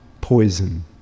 poison